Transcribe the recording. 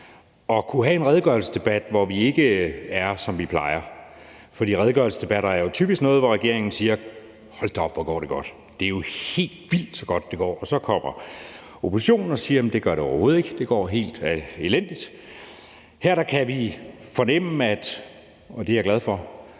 at kunne have en redegørelsesdebat, hvor vi ikke er, som vi plejer. For redegørelsesdebatter er jo typisk noget, hvor regeringen siger: Hold da op, hvor går det godt, det er jo helt vildt, så godt det går. Og så kommer oppositionen og siger, at det gør det overhovedet ikke, at det går helt elendigt. Her kan vi fornemme, og det er jeg glad for,